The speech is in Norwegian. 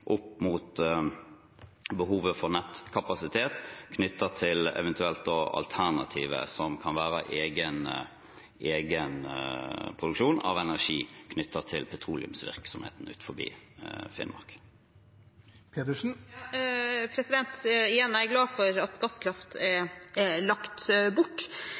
opp mot behovet for nettkapasitet knyttet til eventuelle alternativer, som kan være egenproduksjon av energi knyttet til petroleumsvirksomheten utenfor Finnmark. Igjen: Jeg er glad for at gasskraft er lagt bort.